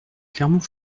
clermont